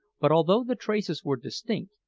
but although the traces were distinct,